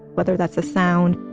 whether that's a sound,